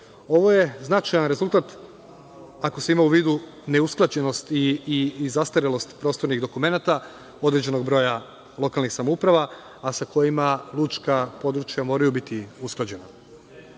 je značaj rezultat ako se ima u vidu neusklađenost i zastarelost prostornih dokumenata određenog broja lokalnih samouprava, a sa kojima lučka područja moraju biti usklađena. Značajne